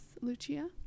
Lucia